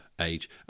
age